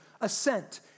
assent